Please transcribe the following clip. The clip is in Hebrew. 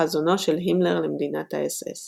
חזונו של הימלר למדינת האס־אס